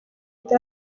ati